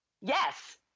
Yes